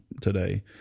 today